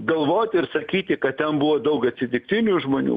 galvoti ir sakyti kad ten buvo daug atsitiktinių žmonių